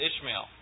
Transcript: Ishmael